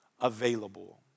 available